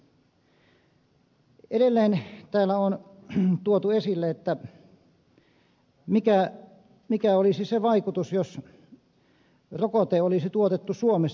edelleen täällä on tuotu esille mikä olisi se vaikutus jos rokote olisi tuotettu suomessa